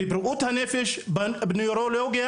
בבריאות הנפש ובנוירולוגיה,